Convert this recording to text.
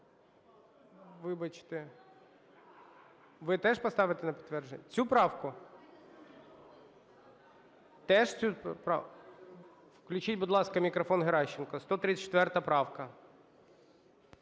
Вибачте. Ви теж поставите на підтвердження? Цю правку? Теж цю правку? Включіть, будь ласка, мікрофон Геращенко, 134 правка.